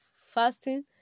fasting